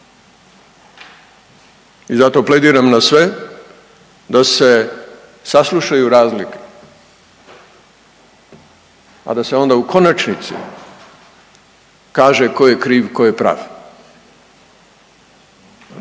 I zato plediram na sve da se saslušaju razlike, a da se onda u konačnici kaže ko je kriv ko je prav.